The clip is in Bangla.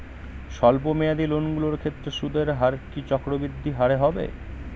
স্বল্প মেয়াদী লোনগুলির ক্ষেত্রে সুদের হার কি চক্রবৃদ্ধি হারে হবে?